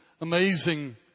amazing